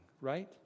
right